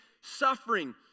suffering